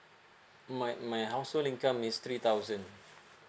my my household income is three thousand